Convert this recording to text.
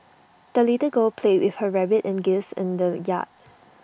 the little girl played with her rabbit and geese in the yard